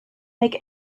make